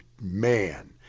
man